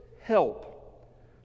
help